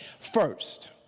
First